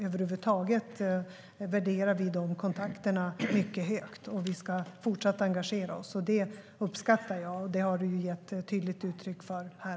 Över huvud taget värderar vi dessa kontakter högt, och vi ska fortsätta att engagera oss. Det uppskattar jag, och det har Hans Rothenberg gett tydligt uttryck för här.